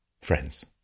friends